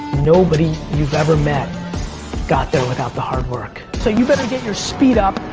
nobody you've ever met got there without the hard work. so you better get your speed up.